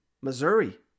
Missouri